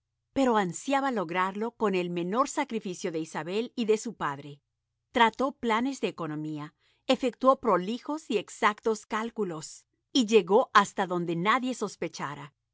pero ansiaba lograrlo con el menor sacrificio de isabel y de su padre trazó planes de economía efectuó prolijos y exactos cálculos y llegó hasta donde nadie sospechara